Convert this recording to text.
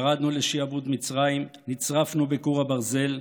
ירדנו לשעבוד במצרים, נצרפנו בכור הברזל,